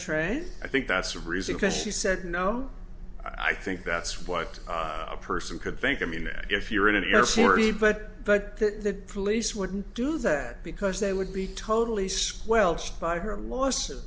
train i think that's a reason because she said no i think that's what a person could think i mean if you're in your story but but the police wouldn't do that because they would be totally squelched by her loss